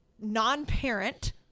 non-parent